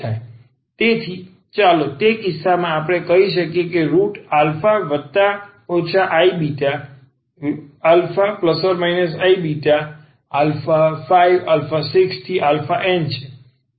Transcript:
તેથી ચાલો તે કિસ્સામાં આપણે કહી શકીએ કે રુટ α±iβα±iβ56n છે